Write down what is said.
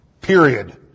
Period